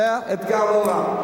זה אתגר לא רע.